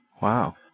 Wow